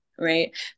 Right